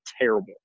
terrible